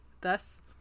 thus